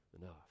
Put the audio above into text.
enough